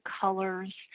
colors